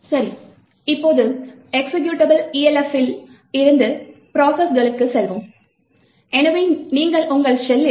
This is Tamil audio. சரி இப்போது எக்சிகியூட்டபிள் Elf ல் இருந்து ப்ரோசஸ்களுக்குச் செல்வோம் எனவே நீங்கள் உங்கள் ஷெல்லில்